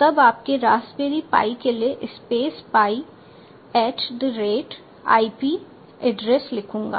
तब आपके Raspberry Pi के लिए space pi at the rate IP address लिखूंगा